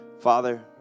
Father